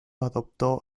adoptó